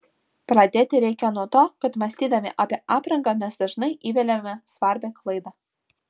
pradėti reikia nuo to kad mąstydami apie aprangą mes dažnai įveliame svarbią klaidą